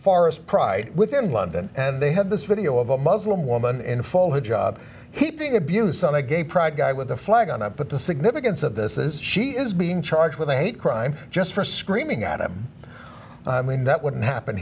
forest pride with in london and they have this video of a muslim woman in full her job heaping abuse on a gay pride guy with a flag on it but the significance of this is she is being charged with a hate crime just for screaming at him that wouldn't happen